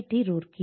D Roorkee